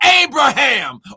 Abraham